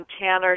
Tanner